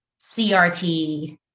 CRT